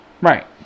Right